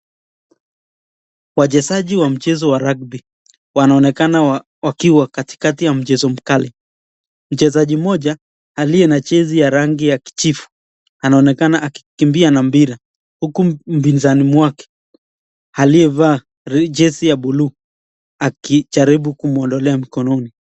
Wachezaji wa mchezo wa rugby wanaonekana wakiwa katikati ya mchezo mkali. Mchezaji mmoja aliye na jezi ya rangi ya kijivu anaonekana akikimbia na mpira huku mpinzani wake aliyevaa jezi ya buluu akijaribu kumtolea mkononi.